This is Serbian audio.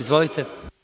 Izvolite.